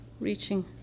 reaching